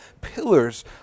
pillars